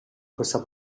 questa